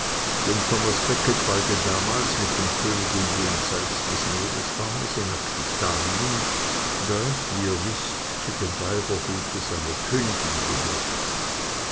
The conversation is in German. thomas becket weilte damals mit dem könige jenseits des meerarmes in aquitanien das wie ihr wißt zu dem weibergute seiner königin gehörte